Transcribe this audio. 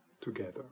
together